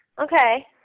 Okay